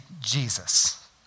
Jesus